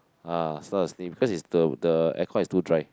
ah so I will sniff cause is the the aircon is too dry